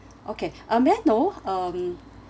okay um may I know um